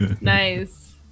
Nice